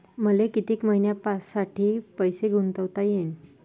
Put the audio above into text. मले कितीक मईन्यासाठी पैसे गुंतवता येईन?